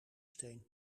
steen